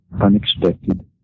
unexpected